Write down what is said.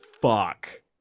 fuck